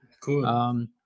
Cool